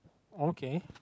okay